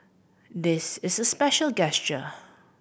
this is a special gesture